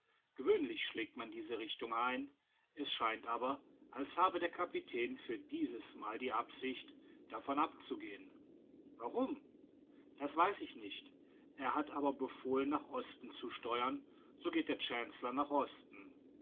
gewöhnlich schlägt man diese richtung ein es scheint aber als habe der kapitän für dieses mal die absicht davon abzugehen warum das weiß ich nicht er hat aber befohlen nach osten zu steuern so geht der chancellor nach osten